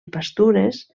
pastures